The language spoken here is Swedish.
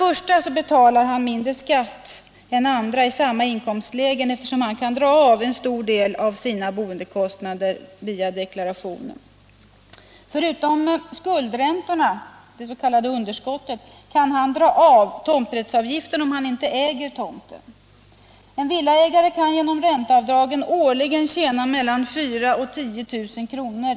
Villaägaren betalar mindre skatt än andra i samma inkomstlägen, eftersom han kan dra av en stor del av sina boendekostnader vid deklarationen. Förutom skuldräntorna, det s.k. underskottet, kan han dra av tomträttsavgiften, om han inte äger tomten. En villaägare kan genom ränteavdragen årligen tjäna mellan 4 000 och 10 000 kr.